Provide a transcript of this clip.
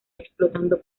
explotando